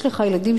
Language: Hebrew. יש לך ילדים,